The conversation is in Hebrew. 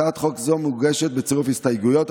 הצעת חוק זאת מוגשת בצירוף הסתייגויות,